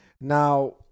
now